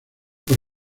por